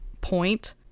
point